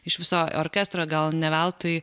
iš viso orkestro gal ne veltui